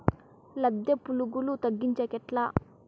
లద్దె పులుగులు తగ్గించేకి ఎట్లా?